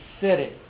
city